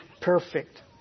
perfect